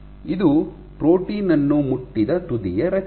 ಇದು ಪ್ರೋಟೀನ್ ಅನ್ನು ಮುಟ್ಟಿದ ತುದಿಯ ರಚನೆ